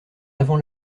avant